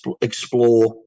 explore